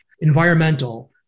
Environmental